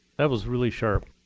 that was really sharp.